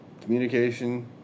communication